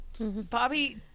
Bobby